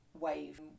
wave